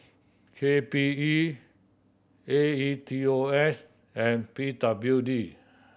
K P E A E T O S and P W D